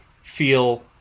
feel